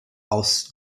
aus